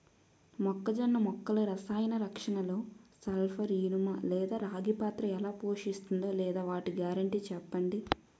మొక్కజొన్న మొక్కల రసాయన రక్షణలో సల్పర్, ఇనుము లేదా రాగి పాత్ర ఎలా పోషిస్తుందో లేదా వాటి గ్యారంటీ చెప్పండి